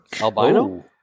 Albino